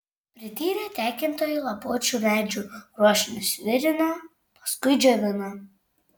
prityrę tekintojai lapuočių medžių ruošinius virina paskui džiovina